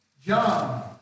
John